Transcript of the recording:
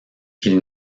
ils